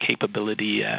capability